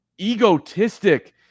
egotistic